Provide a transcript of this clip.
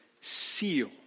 seal